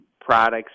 products